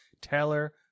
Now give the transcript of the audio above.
Taylor